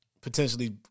potentially